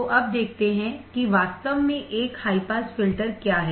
तो अब देखते हैं कि वास्तव में एक हाईपास फिल्टर क्या है